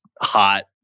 hot